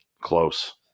Close